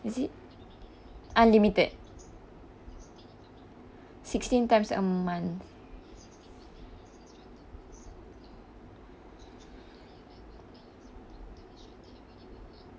is it unlimited sixteen times a month